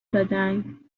دادهاند